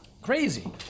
Crazy